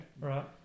Right